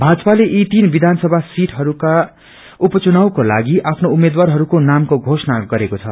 भाजपाले यी तीन विर्चानसभा सिटहरूका उप चनुवको लागि आफ्नो उम्मेद्वारहरू नामको घोषणा गरिसकेको छ